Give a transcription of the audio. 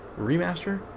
remaster